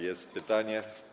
Jest pytanie.